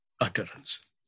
utterance